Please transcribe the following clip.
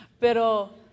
Pero